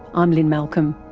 um lynne malcolm.